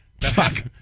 Fuck